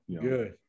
Good